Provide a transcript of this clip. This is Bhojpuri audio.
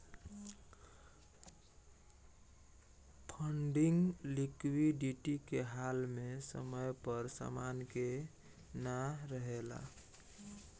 फंडिंग लिक्विडिटी के हाल में समय पर समान के ना रेहला